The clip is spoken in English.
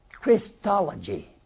Christology